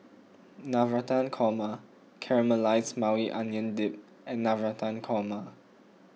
Navratan Korma Caramelized Maui Onion Dip and Navratan Korma